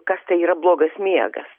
kas tai yra blogas miegas